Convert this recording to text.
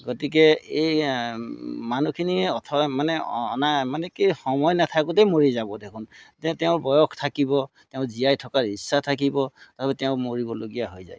গতিকে এই মানুহখিনি অথলে মানে অনা মানে কি সময় নেথাকোঁতেই মৰি যাব দেখোন যে তেওঁৰ বয়স থাকিব তেওঁ জীয়াই থকাৰ ইচ্ছা থাকিব তাপা তেওঁ মৰিবলগীয়া হৈ যায়